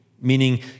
meaning